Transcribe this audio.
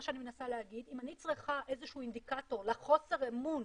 מה שאני שמנסה להגיד הוא שאם אני צריכה איזשהו אינדיקטור לחוסר אמון